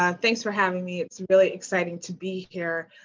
um thanks for having me. it's really exciting to be here.